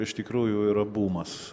iš tikrųjų yra bumas